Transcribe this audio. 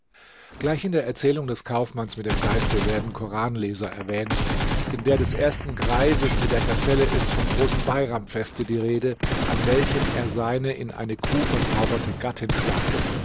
gleich in der erzählung des kaufmanns mit dem geiste werden koranleser erwähnt in der des ersten greises mit der gazelle ist vom großen beiramfeste die rede an welchem er seine in eine kuh verzauberte gattin schlachtet